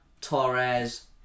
Torres